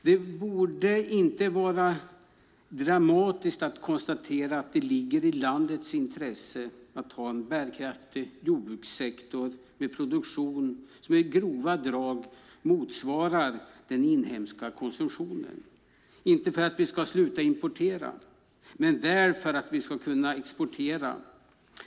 Det borde inte vara dramatiskt att konstatera att det ligger i landets intresse att ha en bärkraftig jordbrukssektor med en produktion som i grova drag motsvarar den inhemska konsumtionen - inte för att vi ska sluta importera men väl för att vi också ska kunna exportera.